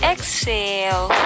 Exhale